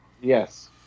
Yes